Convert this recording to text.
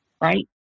right